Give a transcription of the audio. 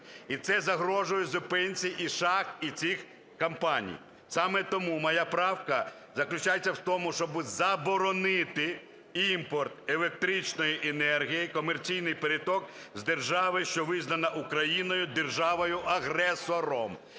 І це загрожує зупинці і шахт, і цих компаній. Саме тому моя правка заключається в тому, щоб заборонити імпорт електричної енергії, комерційний переток з держави, що визнана Україною державою-агресором.